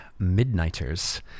Midnighters